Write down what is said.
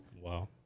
Wow